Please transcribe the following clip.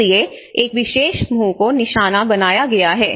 इसलिए एक विशेष समूह को निशाना बनाया गया है